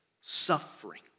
suffering